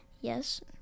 Yes